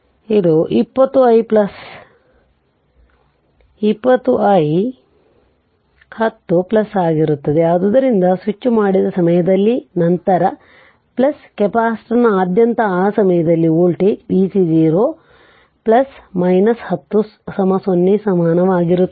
ಆದ್ದರಿಂದ ಇದು 20 i 1 0 ಆಗಿರುತ್ತದೆ ಆದ್ದರಿಂದ ಸ್ವಿಚ್ ಮಾಡಿದ ಸಮಯದಲ್ಲಿ ನಂತರ ಕೆಪಾಸಿಟರ್ನಾದ್ಯಂತ ಆ ಸಮಯದಲ್ಲಿ ಈ ವೋಲ್ಟೇಜ್ vc 0 10 0 ಗೆ ಸಮಾನವಾಗಿರುತ್ತದೆ